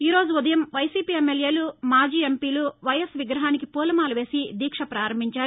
గురువారం ఉదయం వైసీపీ ఎమ్మెల్యేలు మాజీ ఎంపీలు వైఎస్ విగ్రహానికి పూలమాల వేసి దీక్షను పారంభించారు